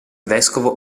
vescovo